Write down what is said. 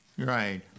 Right